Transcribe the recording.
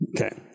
Okay